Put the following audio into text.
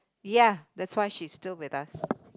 ya that's why she's still with us